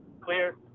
clear